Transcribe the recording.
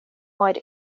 wide